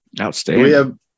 Outstanding